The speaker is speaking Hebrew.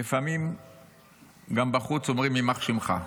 ולפעמים גם בחוץ אומרים "יימח שמך",